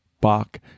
Bach